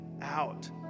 out